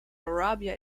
arabia